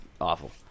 awful